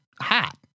hot